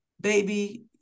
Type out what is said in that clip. Baby